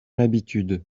habitude